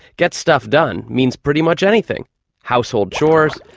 get stuff done means pretty much anything household chores,